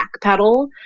backpedal